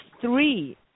three